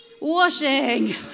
Washing